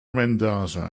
mendoza